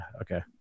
okay